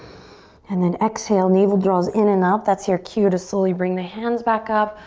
and then exhale, navel draws in and up, that's your cue to slowly bring the hands back up,